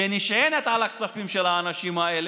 שנשענת על הכספים של האנשים האלה,